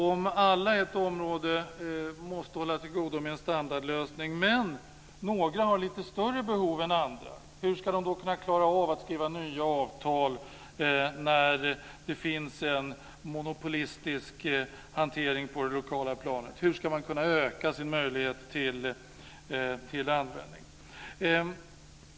Anta att alla i ett område måste hålla till godo med en standardlösning men att några har lite större behov än andra. Hur ska de kunna klara av att skriva nya avtal när det finns en monopolistisk hantering på det lokala planet? Hur ska man kunna öka sin möjlighet till användning?